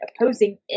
opposing